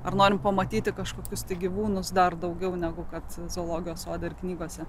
ar norime pamatyti kažkokius gyvūnus dar daugiau negu kad zoologijos sode ar knygose